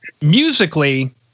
musically